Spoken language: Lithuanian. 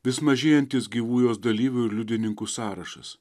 vis mažėjantis gyvų jos dalyvių ir liudininkų sąrašas